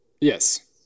Yes